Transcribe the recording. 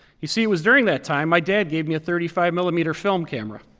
you see, it was during that time my dad gave me a thirty five millimeter film camera.